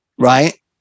Right